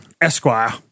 Esquire